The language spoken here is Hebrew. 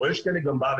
או יש כאלה גם בארץ,